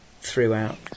throughout